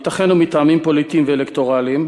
ייתכן שמטעמים פוליטיים ואלקטורליים.